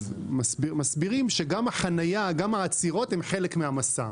מסבירים שגם החנייה והעצירות הן חלק מהמסע,